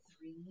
three